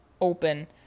open